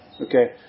Okay